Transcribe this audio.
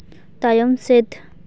ᱛᱟᱭᱚᱢ ᱥᱮᱫ